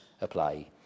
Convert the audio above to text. apply